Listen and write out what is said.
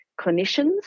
clinicians